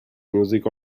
music